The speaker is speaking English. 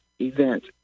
event